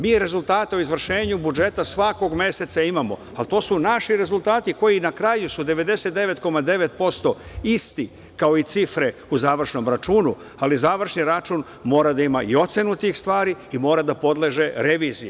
Mi rezultate o izvršenju budžeta svakog meseca imamo, ali to su naši rezultati koji su na kraju 99,9% isti kao i cifre u završnom računu, ali završni račun mora da ima i ocenu tih stvari i mora da podleže reviziji.